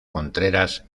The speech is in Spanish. contreras